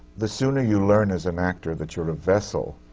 the sooner you learn as an actor that you're a vessel,